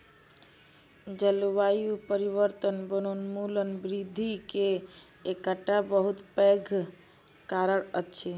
जलवायु परिवर्तन वनोन्मूलन वृद्धि के एकटा बहुत पैघ कारण अछि